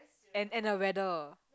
and and the weather